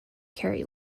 carry